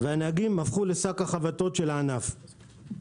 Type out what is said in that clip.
והנהגים הפכו לשק החבטות של הענף.